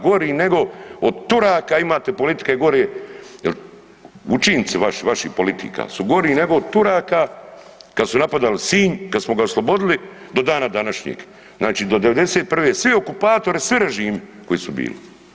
Gori nego od Turaka imate politike gore jel učinci vaši, vaših politika su gori nego od Turaka kad su napadali Sinj, kad smo ga oslobodili do dana današnjeg, znači do '91., sve okupatore, sve režime koji su bili.